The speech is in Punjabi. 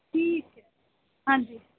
ਠੀਕ ਹੈ ਹਾਂਜੀ